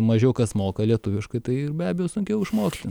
mažiau kas moka lietuviškai tai ir be abejo sunkiau išmokti